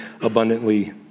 abundantly